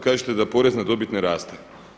Kažete da porez na dobit ne raste.